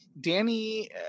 Danny